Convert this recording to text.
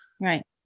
Right